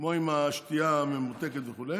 כמו עם השתייה הממותקת וכו'.